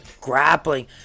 grappling